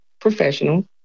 professional